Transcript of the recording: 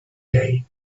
day